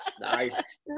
nice